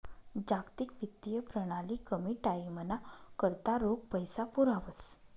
जागतिक वित्तीय प्रणाली कमी टाईमना करता रोख पैसा पुरावस